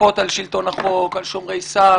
מתקפות על שלטון החוק, על שומרי סף,